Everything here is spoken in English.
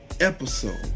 episode